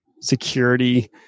security